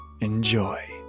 Enjoy